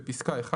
בפסקה (1),